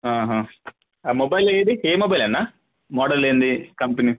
ఆ మొబైల్ ఏది ఏ మొబైల్ అన్న మోడల్ ఏంది కంపెనీ